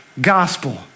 gospel